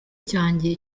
cyanjye